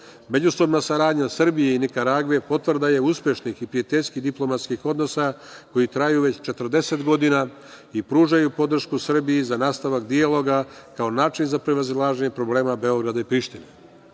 Međusobna saradnja Srbije i Nikaragve je potvrda uspešnih i prijateljskih diplomatskih odnosa koji traju već 40 godina i pružaju podršku Srbiji za nastavak dijaloga kao način za prevazilaženje problema Beograda i Prištine. Pored